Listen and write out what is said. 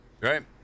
right